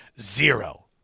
Zero